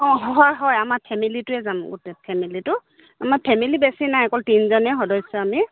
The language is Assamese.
অঁ হয় হয় আমাৰ ফেমিলিটোৱে যাম গোটেই ফেমিলিটো আমাৰ ফেমিলি বেছি নাই অকল তিনিজনে সদস্য আমি